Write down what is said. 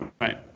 Right